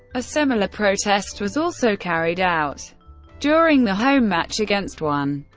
a similar protest was also carried out during the home match against one.